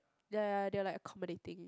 ya ya ya they all like comparating